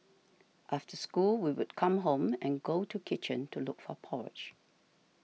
after school we would come home and go to kitchen to look for porridge